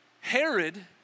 Herod